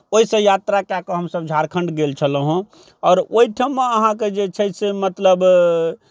ओहिसँ यात्रा कए कऽ हमसभ झारखंड गेल छेलहुँ हेँ आओर ओहिठाम अहाँकेँ जे छै से मतलब